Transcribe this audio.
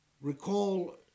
Recall